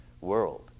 world